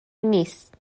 نیست